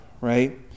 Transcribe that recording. right